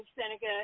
Seneca